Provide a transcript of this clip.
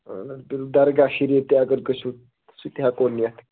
اَہَن حظ بِلکُل درگاہ شریٖف تہِ اگر گٔژھِو سُہ تہِ ہٮ۪کو نِتھ